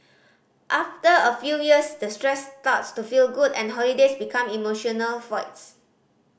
after a few years the stress starts to feel good and holidays become emotional voids